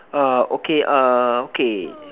err okay err okay